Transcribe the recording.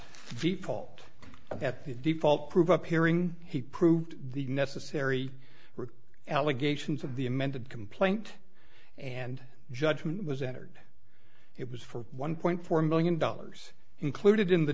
default prove up hearing he proved the necessary for allegations of the amended complaint and judgment was entered it was for one point four million dollars included in the